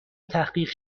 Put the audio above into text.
تحقیق